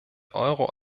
euro